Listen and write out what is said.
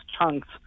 chunks